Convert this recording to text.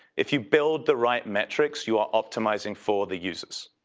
if you build the right metrics, you are optimizing for the users.